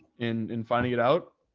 in in finding it out.